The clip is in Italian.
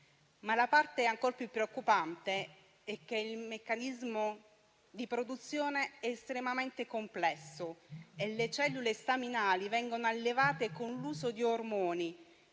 La parte ancor più preoccupante, però, è che il meccanismo di produzione è estremamente complesso e le cellule staminali vengono allevate con l'uso di ormoni,